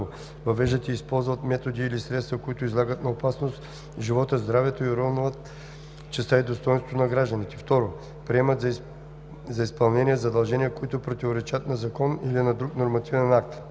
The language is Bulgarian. въвеждат и използват методи или средства, които излагат на опасност живота, здравето или уронват честта и достойнството на гражданите; 2. приемат за изпълнение задължения, които противоречат на закон или на друг нормативен акт;